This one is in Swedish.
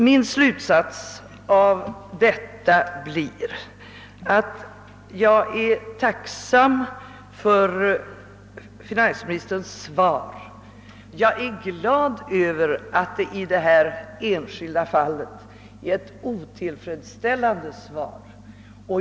Min slutsats blir därför att jag är tacksam för finansministerns svar och glad över att svaret i detta enskilda fall är ett otillfredsställande svar.